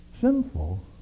sinful